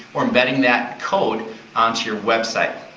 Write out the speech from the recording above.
or embedding that code onto your website.